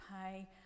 pay